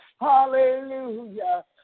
Hallelujah